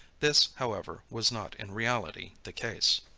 this, however, was not in reality the case.